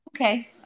Okay